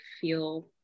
feel